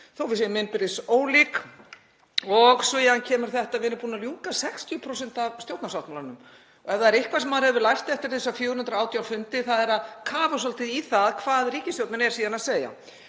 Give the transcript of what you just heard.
þótt við séum innbyrðis ólík. Síðan kemur þetta: Við erum búin að ljúka 60% af stjórnarsáttmálanum. Og ef það er eitthvað sem maður hefur lært eftir þessa 418 fundi þá er það að kafa svolítið í það hvað ríkisstjórnin er síðan að segja.